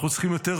אנחנו צריכים יותר